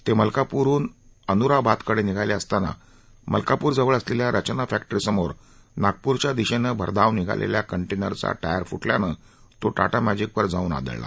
ते मलकाप्रहन अन्राबादकडे निघाले असताना मलकापुराजवळ असलेल्या रचना फॅक्टरीसमोर नागपुरच्या दिशेनं भरधाव निघालेल्या कंटेनरचा टायर फ्टल्यानं तो टाटा मॅजीकवर जाऊन आदळला